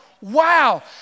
wow